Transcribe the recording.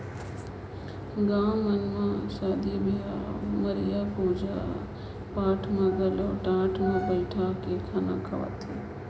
गाँव मन म सादी बिहाव, मरिया, पूजा पाठ मन में घलो टाट मे बइठाके खाना खवाथे